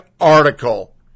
article